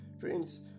Friends